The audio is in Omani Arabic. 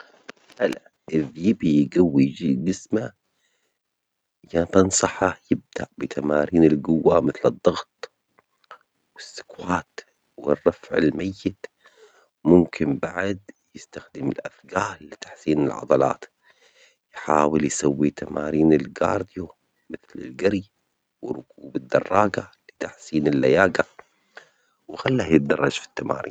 هلا، إذ يبي يجوي جسمه أنصحه يبدأ بتمارين الجوة مثل الضغط والسكوات والرفع الميت، ممكن بعد يستخدم الأثجال لتحسين العضلات، يحاول يسوي تمارين الكارديو مثل الجري وركوب الدراجة لتحسين اللياجة، وخله يتدرج في التمارين.